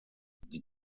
die